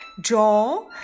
draw